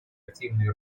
активной